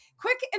Quick